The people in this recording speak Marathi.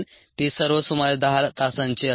ती सर्व सुमारे 10 तासांची असतील